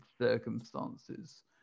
circumstances